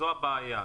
זו הבעיה.